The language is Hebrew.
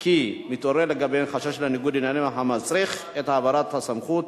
כי מתעורר לגביהם חשש לניגוד עניינים המצריך את העברת הסמכות.